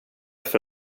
för